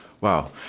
Wow